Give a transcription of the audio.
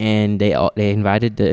and they are they invited t